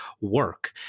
work